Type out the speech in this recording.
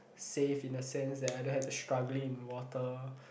safe in the sense that I don't have to struggling in water